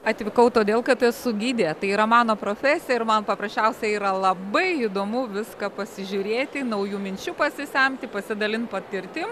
atvykau todėl kad esu gidė tai yra mano profesija ir man paprasčiausiai yra labai įdomu viską pasižiūrėti naujų minčių pasisemti pasidalint patirtim